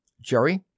Jerry